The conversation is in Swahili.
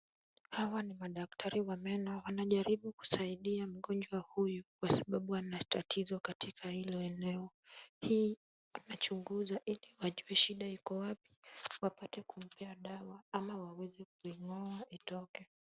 Hawa ni madaktari wa meno, wanajaribu kusaidia mgonjwa huyu kwa sababu ana tatizo katika hilo eneo. Hii wanachunguza ili wajue shida iko wapi wapate kumpea dawa ama waweze kulingoa itoka.